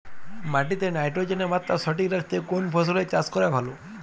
মাটিতে নাইট্রোজেনের মাত্রা সঠিক রাখতে কোন ফসলের চাষ করা ভালো?